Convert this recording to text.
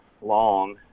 long